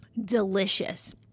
delicious